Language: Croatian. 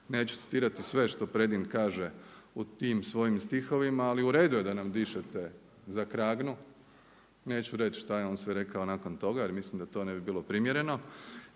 Neću citati sve što Predin kaže u tim svojim stihovima, ali u redu je da nam dišete za kragnu. Neću reći šta je on sve rekao nakon toga, jer mislim da to ne bi bilo primjereno.